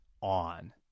on